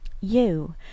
You